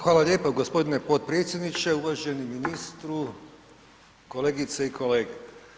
Hvala lijepa g. potpredsjedniče, uvaženi ministru, kolegice i kolege.